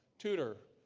tutor,